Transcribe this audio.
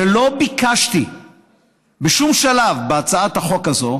הרי לא ביקשתי בשום שלב בהצעת החוק הזאת